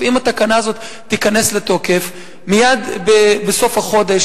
אם התקנה הזאת תיכנס לתוקף, מייד בסוף החודש